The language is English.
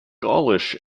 gaulish